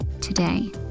today